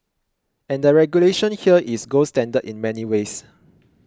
and the regulation here is gold standard in many ways